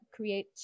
create